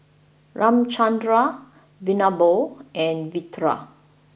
Ramchundra Vinoba and Virat